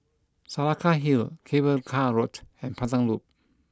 Saraca Hill Cable Car Road and Pandan Loop